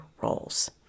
roles